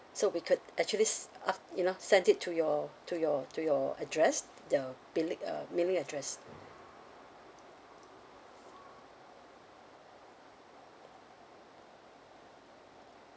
so we could actually uh you know send it to your to your to your address your billing uh mailing address